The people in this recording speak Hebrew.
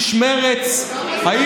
איש מרצ כמה זמן אתה מקשקש במוח?